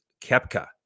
Kepka